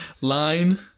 Line